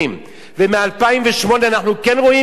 ומ-2008 אנחנו כן רואים גיוס,